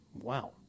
Wow